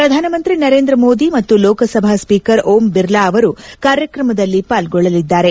ಪ್ರಧಾನ ಮಂತ್ರಿ ನರೇಂದ್ರ ಮೋದಿ ಮತ್ತು ಲೋಕಸಭಾ ಸ್ವೀಕರ್ ಓಂ ಬಿರ್ಲಾ ಅವರು ಕಾರ್ಕಕಮದಲ್ಲಿ ಪಾರ್ಗೊಳ್ಳಲಿದ್ದಾರೆ